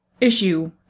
issue